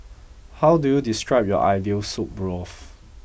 how do you describe your ideal soup broth